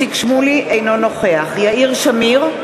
אינו נוכח יאיר שמיר,